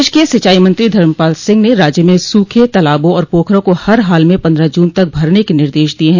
प्रदेश के सिंचाई मंत्री धर्मपाल सिंह ने राज्य में सूखे तालाबों और पोखरों को हर हाल में पन्द्रह जून तक भरने के निर्देश दिये हैं